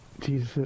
Jesus